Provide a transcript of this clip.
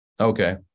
Okay